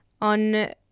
On